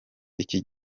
iki